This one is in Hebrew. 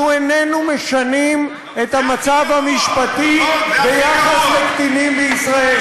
אנחנו איננו משנים את המצב המשפטי של קטינים בישראל.